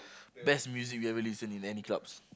best music we ever listen in any clubs